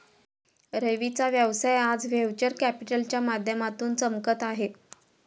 रवीचा व्यवसाय आज व्हेंचर कॅपिटलच्या माध्यमातून चमकत आहे